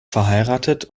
verheiratet